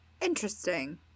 Interesting